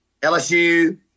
LSU